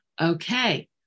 Okay